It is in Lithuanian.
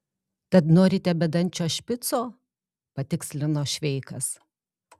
tad norite bedančio špico patikslino šveikas